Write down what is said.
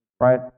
right